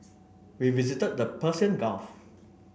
we visited the Persian Gulf